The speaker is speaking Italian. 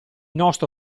nostro